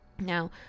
Now